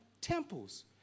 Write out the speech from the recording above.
temples